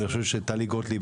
אני חושב שטלי גוטליב,